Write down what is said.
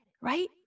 right